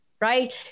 right